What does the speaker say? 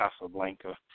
Casablanca